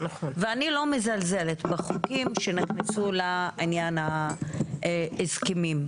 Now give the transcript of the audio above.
ואני לא מזלזלת בחוקים שנכנסו לעניין ההסכמים,